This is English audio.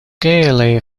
gaily